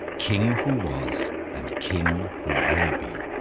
king who was, and king who will be.